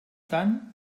tant